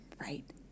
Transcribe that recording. right